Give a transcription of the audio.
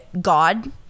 God